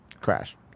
Crash